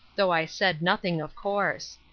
though i said nothing, of course.